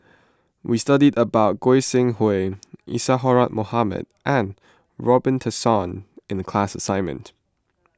we studied about Goi Seng Hui Isadhora Mohamed and Robin Tessensohn in the class assignment